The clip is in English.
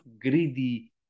greedy